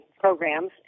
programs